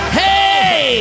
hey